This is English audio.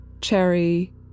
cherry